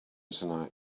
tonight